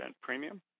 premium